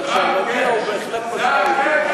כך שהמניע הוא בהחלט משמעותי.